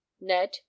Ned